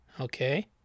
Okay